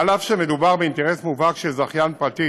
אף שמדובר באינטרס מובהק של זכיין פרטי